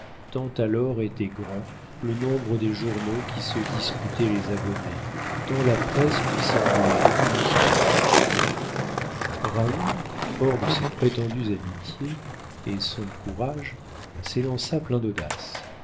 alors était grand le nombre des journaux qui se disputaient les abonnés tant la presse lui semblait usée raoul fort de ses prétendues amitiés et de son courage s'élança plein d'audace